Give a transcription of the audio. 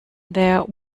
there